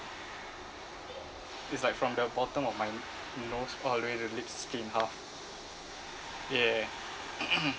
it's like from the bottom of my nose all the way to the lips is split in half yeah